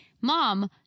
Mom